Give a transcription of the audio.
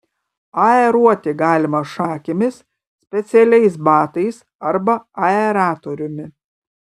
aeruoti galima šakėmis specialiais batais arba aeratoriumi